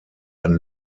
ein